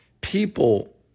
people